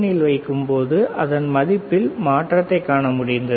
இல் வைக்கும் போது அதன் மதிப்பில் மாற்றத்தைக் காண முடிந்தது